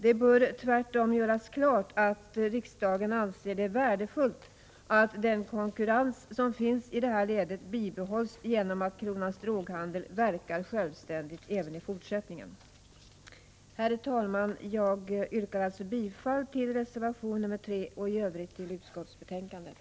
Det bör tvärtom göras klart att riksdagen anser det värdefullt att den konkurrens som finns i det här ledet bibehålls genom att Kronans Droghandel AB verkar självständigt även i fortsättningen. Herr talman! Jag yrkar alltså bifall till reservation 3 och i övrigt till utskottets hemställan.